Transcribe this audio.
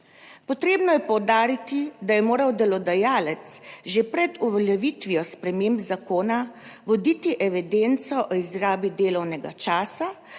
Potrebno je poudariti, da je moral delodajalec že pred uveljavitvijo sprememb zakona voditi evidenco o izrabi delovnega časa,